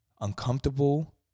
uncomfortable